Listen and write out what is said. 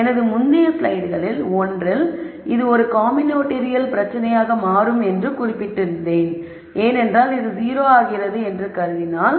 எனது முந்தைய ஸ்லைடுகளில் ஒன்றில் இது ஒரு காம்பினடோரியல் பிரச்சனையாக மாறும் என்று குறிப்பிட்டிருந்தேன் ஏனென்றால் இது 0 ஆகிறது என்று கருதலாம்